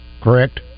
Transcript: correct